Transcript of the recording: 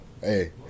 Hey